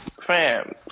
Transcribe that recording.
fam